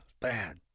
bad